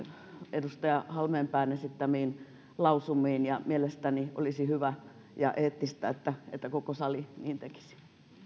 edustaja halmeenpään esittämiin lausumiin ja mielestäni olisi hyvä ja eettistä että että koko sali niin tekisi